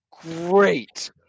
great